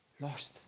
Lost